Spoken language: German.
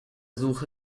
suche